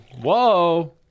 Whoa